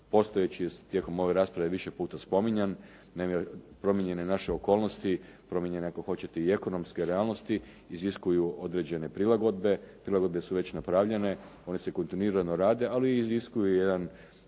postojeći tijekom ove rasprave više puta spominjan. Naime, promijenjene naše okolnosti, promijenjene ako hoćete i ekonomske realnosti iziskuju određene prilagodbe, prilagodbe su već napravljene, one se kontinuirano rade, ali i iziskuju jedno